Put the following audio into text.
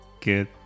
Good